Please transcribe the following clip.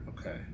Okay